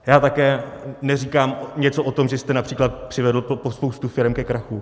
Já také neříkám něco o tom, že jste například přivedl spoustu firem ke krachu.